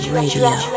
radio